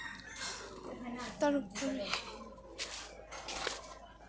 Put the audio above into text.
তাৰোপৰি